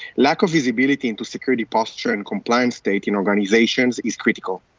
lack of visibility into security posture and compliance state in organizations is critical.